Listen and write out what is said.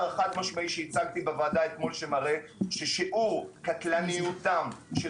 החד משמעי שהצגתי בוועדה אתמול שמראה ששיעור קטלניותם של